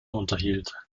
unterhielt